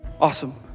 Awesome